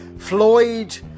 Floyd